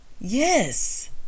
Yes